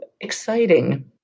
exciting